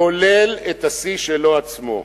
כולל את השיא שלו עצמו.